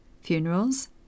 Funerals